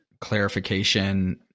clarification